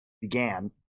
began